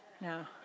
No